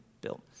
built